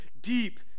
deep